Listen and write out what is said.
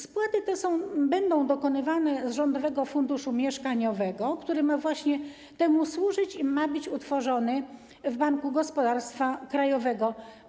Spłaty te będą dokonywane z Rządowego Funduszu Mieszkaniowego, który ma właśnie temu służyć i ma być utworzony w Banku Gospodarstwa Krajowego.